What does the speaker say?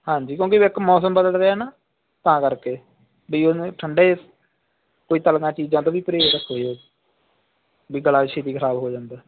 ਹਾਂਜੀ ਕਿਉਂਕਿ ਇੱਕ ਮੌਸਮ ਬਦਲ ਰਿਹਾ ਨਾ ਤਾਂ ਕਰਕੇ ਵੀ ਉਹਨੂੰ ਠੰਡੇ ਕੋਈ ਤਲੀਆਂ ਚੀਜ਼ਾਂ ਤੋਂ ਵੀ ਪਰਹੇਜ਼ ਰੱਖਿਉ ਜੀ ਵੀ ਗਲਾ ਛੇਤੀ ਖਰਾਬ ਹੋ ਜਾਂਦਾ